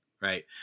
right